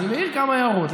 אני מעיר כמה הערות.